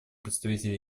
представителя